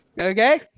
Okay